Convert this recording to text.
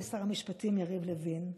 רק ביחס למי שאין ביכולתו לטפל בענייניו.